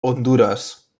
hondures